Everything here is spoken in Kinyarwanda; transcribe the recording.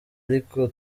ariko